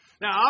Now